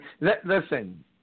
Listen